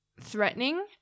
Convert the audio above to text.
threatening